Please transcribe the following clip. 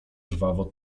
żwawo